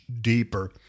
deeper